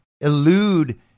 elude